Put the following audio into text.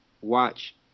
watch